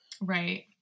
Right